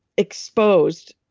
exposed,